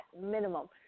minimum